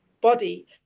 body